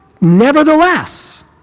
Nevertheless